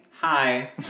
hi